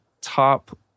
top